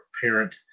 parent